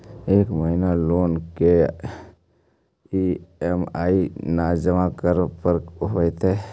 एक महिना लोन के ई.एम.आई न जमा करला पर का होतइ?